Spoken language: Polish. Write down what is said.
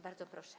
Bardzo proszę.